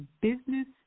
business